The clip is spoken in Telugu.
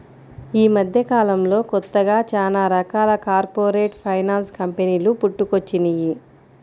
యీ మద్దెకాలంలో కొత్తగా చానా రకాల కార్పొరేట్ ఫైనాన్స్ కంపెనీలు పుట్టుకొచ్చినియ్యి